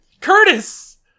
Curtis